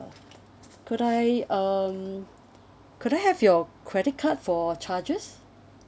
could I um could I have your credit card for charges